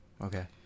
Okay